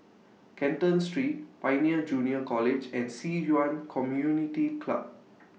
Canton Street Pioneer Junior College and Ci Yuan Community Club